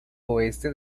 oeste